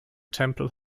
temple